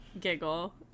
giggle